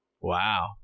wow